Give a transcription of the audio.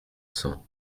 sang